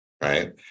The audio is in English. Right